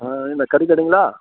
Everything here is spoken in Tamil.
ஆ இந்த கறிக்கடையிங்களா